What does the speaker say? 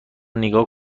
نیگا